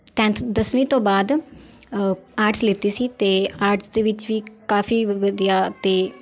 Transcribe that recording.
tenth ਦਸਵੀਂ ਤੋਂ ਬਾਅਦ ਆਰਟਸ ਲੀਤੀ ਸੀ ਅਤੇ ਆਰਟਸ ਦੇ ਵਿੱਚ ਵੀ ਕਾਫੀ ਵਧੀਆ ਅਤੇ